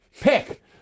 pick